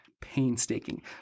painstaking